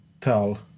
tell